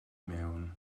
mewn